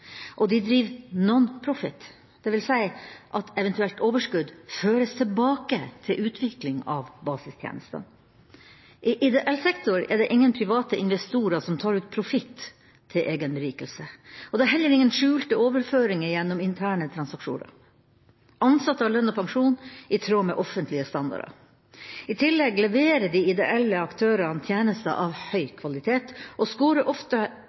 og de driver nonprofit, dvs. at eventuelt overskudd føres tilbake til utvikling av basistjenestene. I ideell sektor er det ingen private investorer som tar ut profitt til egen berikelse, og det er heller ingen skjulte overføringer gjennom interne transaksjoner. Ansatte har lønn og pensjon i tråd med offentlige standarder. I tillegg leverer de ideelle aktørene tjenester av høy kvalitet, og skårer ofte